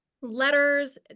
letters